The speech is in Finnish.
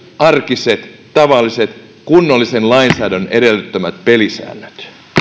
arkiset tavalliset kunnollisen lainsäädännön edellyttämät pelisäännöt